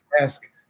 ask